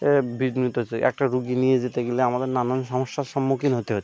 এ বিঘ্নিত হচ্ছে একটা রোগী নিয়ে যেতে গেলে আমাদের নানান সমস্যার সম্মুখীন হতে হচ্ছে